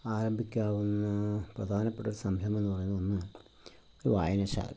ആരംഭിക്കാവുന്ന പ്രധാനപ്പെട്ടൊരു സംരംഭംന്ന് പറയുന്ന ഒന്ന് ഒരു വായനശാല